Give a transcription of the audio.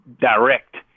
direct